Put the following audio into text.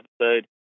episode